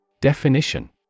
Definition